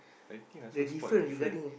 I think I also spot the different